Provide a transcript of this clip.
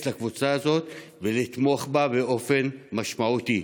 לקבוצה הזאת ולתמוך בה באופן משמעותי: